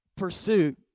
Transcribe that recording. pursuit